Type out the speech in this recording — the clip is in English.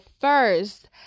first